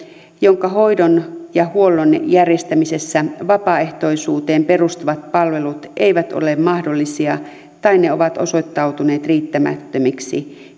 jonka hoidon ja huollon järjestämisessä vapaaehtoisuuteen perustuvat palvelut eivät ole mahdollisia tai ne ovat osoittautuneet riittämättömiksi